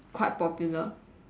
quite popular